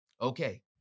Okay